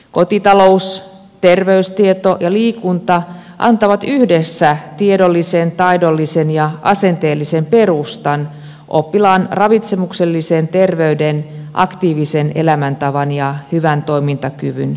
kotitalous terveystieto ja liikunta antavat yhdessä tiedollisen taidollisen ja asenteellisen perustan oppilaan ravitsemuksellisen terveyden aktiivisen elämäntavan ja hyvän toimintakyvyn edistämiselle